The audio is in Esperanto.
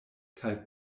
kaj